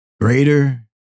greater